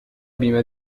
بیمه